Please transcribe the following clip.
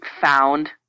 found